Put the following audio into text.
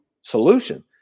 solution